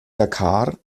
dakar